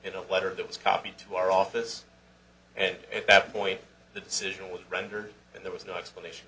know letter that was copied to our office and at that point the decision was rendered and there was no explanation